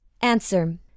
Answer